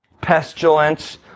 pestilence